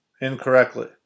incorrectly